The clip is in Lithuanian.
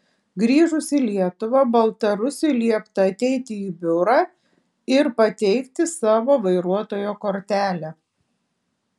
grįžus į lietuvą baltarusiui liepta ateiti į biurą ir pateikti savo vairuotojo kortelę